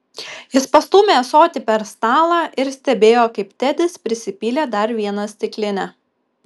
jis pastūmė ąsotį per stalą ir stebėjo kaip tedis prisipylė dar vieną stiklinę